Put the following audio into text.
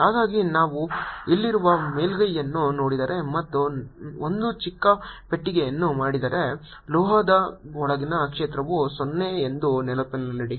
ಹಾಗಾಗಿ ನಾನು ಇಲ್ಲಿರುವ ಮೇಲ್ಮೈಯನ್ನು ನೋಡಿದರೆ ಮತ್ತು ಒಂದು ಚಿಕ್ಕ ಪೆಟ್ಟಿಗೆಯನ್ನು ಮಾಡಿದರೆ ಲೋಹದ ಒಳಗಿನ ಕ್ಷೇತ್ರವು 0 ಎಂದು ನೆನಪಿನಲ್ಲಿಡಿ